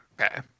Okay